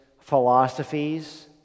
philosophies